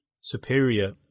superior